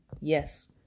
Yes